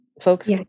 folks